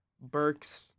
Burks